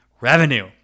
revenue